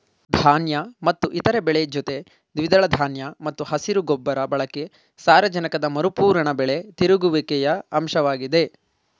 ಧಾನ್ಯ ಮತ್ತು ಇತರ ಬೆಳೆ ಜೊತೆ ದ್ವಿದಳ ಧಾನ್ಯ ಮತ್ತು ಹಸಿರು ಗೊಬ್ಬರ ಬಳಕೆ ಸಾರಜನಕದ ಮರುಪೂರಣ ಬೆಳೆ ತಿರುಗುವಿಕೆಯ ಅಂಶವಾಗಿದೆ